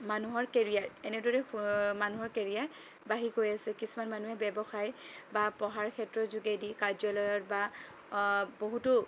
মানুহৰ কেৰিয়াৰ এনেদৰে মানুহৰ কেৰিয়াৰ বাঢ়ি গৈ আছে কিছুমান মানুহে ব্যৱসায় বা পঢ়াৰ ক্ষেত্ৰত যোগেদি কাৰ্য্যলয়ত বা বহুতো